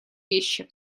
вещи